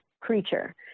creature